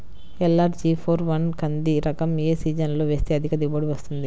LRG four one కంది రకం ఏ సీజన్లో వేస్తె అధిక దిగుబడి వస్తుంది?